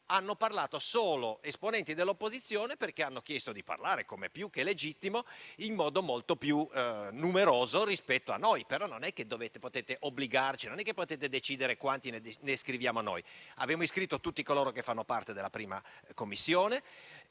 hanno parlato solo esponenti dell'opposizione, perché hanno chiesto di parlare - com'è più che legittimo - numerosi colleghi in più rispetto a noi. Non potete obbligarci però, né potete decidere quanti ne iscriviamo noi: abbiamo iscritto tutti coloro che fanno parte della 1a Commissione;